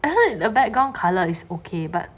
the background colour is okay but